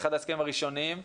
אחד ההסכמים הראשונים,